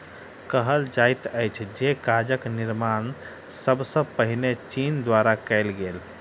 कहल जाइत अछि जे कागजक निर्माण सब सॅ पहिने चीन द्वारा कयल गेल